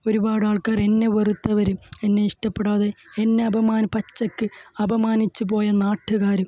ഒരുപാട് ആള്ക്കാര് എന്നെ വെറുത്തവരും എന്നെ ഇഷ്ടപ്പെടാതെ എന്നെ അപമാന പച്ചയ്ക്ക് അപമാനിച്ച് പോയ നാട്ടുകാരും